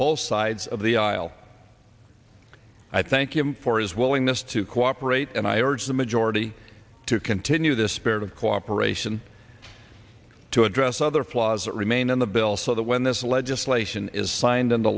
both sides of the aisle i thank him for his willingness to cooperate and i urge the majority to continue this spirit of cooperation to address other flaws that remain in the bill so that when this legislation is sign